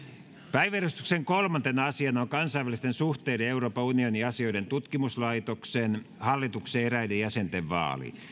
päiväjärjestyksen kolmantena asiana on kansainvälisten suhteiden ja euroopan unionin asioiden tutkimuslaitoksen hallituksen eräiden jäsenten vaali